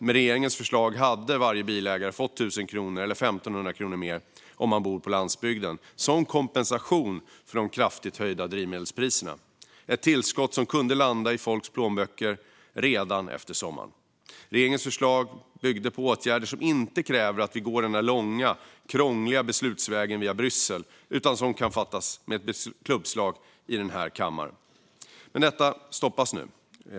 Med regeringens förslag hade varje bilägare fått 1 000 eller, om man bor på landsbygden, 1 500 kronor mer som kompensation för de kraftigt höjda drivmedelspriserna - ett tillskott som hade kunnat landa i folks plånböcker redan efter sommaren. Regeringens förslag byggde på åtgärder som inte kräver att vi går den långa, krångliga beslutsvägen via Bryssel, utan beslutet hade kunnat fattas med ett klubbslag i denna kammare. Men detta stoppas nu.